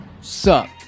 Suck